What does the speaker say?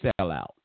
sellout